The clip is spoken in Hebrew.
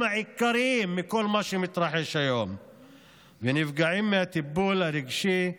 העיקריים מכל מה שמתרחש היום ונפגעים מהטיפול הרגשי,